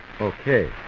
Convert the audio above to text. Okay